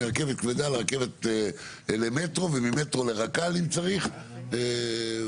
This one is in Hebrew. מרכבת כבדה למטרו וממטרו לרק"ל אם צריך וכו'.